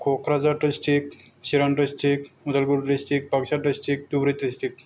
Kokrajhar district Chirang district Udalguri district Baksa district Dhubri district